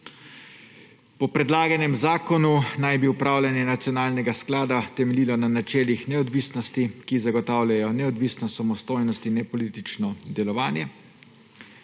Po predlaganem zakonu naj bi upravljanje nacionalnega sklada temeljilo na načelih neodvisnosti, ki zagotavljajo neodvisnost, samostojnost in nepolitično delovanje.